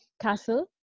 castle